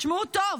תשמעו טוב: